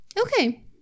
Okay